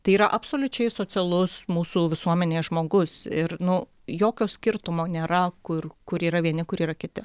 tai yra absoliučiai socialus mūsų visuomenės žmogus ir nu jokio skirtumo nėra kur kur yra vieni kur yra kiti